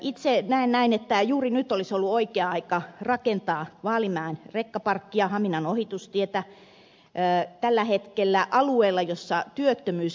itse näen näin että juuri nyt olisi ollut oikea aika rakentaa vaalimaan rekkaparkkia haminan ohitustietä tällä hetkellä alueella jossa työttömyys lisääntyy